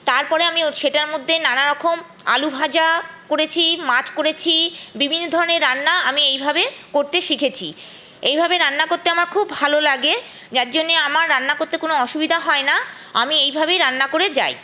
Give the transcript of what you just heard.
তারপরে আমি ও সেটার মধ্যে নানারকম আলু ভাজা করেছি মাছ করেছি বিভিন্ন ধরণের রান্না আমি এইভাবে করতে শিখেছি এইভাবে রান্না করতে আমার খুব ভালো লাগে যার জন্যে আমার রান্না করতে কোনো অসুবিধা হয় না আমি এইভাবেই রান্না করে যাই